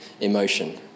emotion